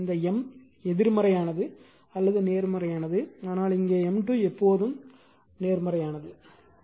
அதாவது இந்த M எதிர்மறையானது அல்லது நேர்மறையானது ஆனால் இங்கே M2 எப்போதும் நேர்மறையானது